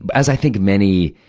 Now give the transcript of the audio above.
as i think many,